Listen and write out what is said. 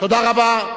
תודה רבה.